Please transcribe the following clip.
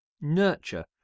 nurture